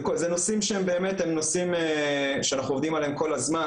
זה נושאים שהם באמת הם נושאים שאנחנו עובדים עליהם כל הזמן,